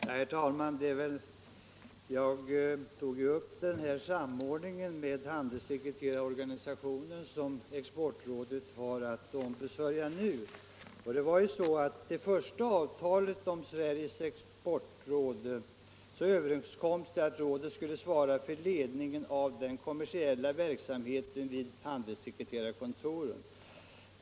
Herr talman! Jag tog upp den här samordningen med handelssekreterarorganisationen som Exportrådet har att ombesörja nu. Vid det första avtalet för Sveriges exportråd kom man överens om att rådet skulle svara för ledningen av den kommersiella verksamheten vid handelssekreterarkontoren.